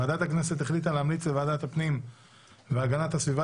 ועדת הכנסת החליטה להמליץ לוועדת הפנים והגנת הסביבה